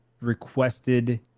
requested